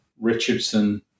Richardson